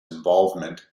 involvement